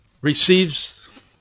receives